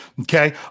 Okay